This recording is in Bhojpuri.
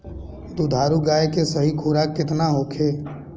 दुधारू गाय के सही खुराक केतना होखे?